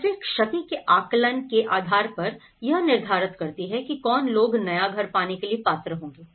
और फिर क्षति के आकलन के आधार पर यह निर्धारित करती है कि कौन लोग नया घर पाने के लिए पात्र होंगे